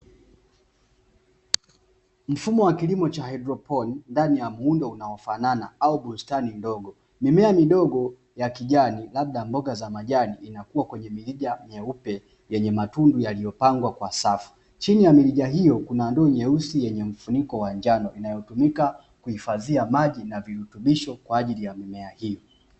Mfumo wa lilimo vha haidroponi ndani ya muundo unaofanana au bustani ndogo, mimea midogo ya kijani labda mboga za majani inakua kwenye mirija mieupe yenye matundu yaliyopangwa kwa safu, chini ya mirija hiyo kuna ndoo nyeusi yenye mfuniko wa njano inayotumika kuhifadhia maji na virutubisho kwa ajili ya mimea hiyo.